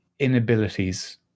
inabilities